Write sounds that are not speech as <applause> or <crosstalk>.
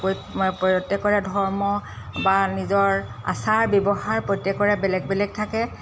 <unintelligible> প্ৰত্যেকৰে ধৰ্ম বা নিজৰ আচাৰ ব্যৱহাৰ প্ৰত্যেকৰে বেলেগ বেলেগ থাকে